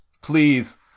Please